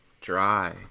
dry